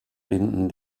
binden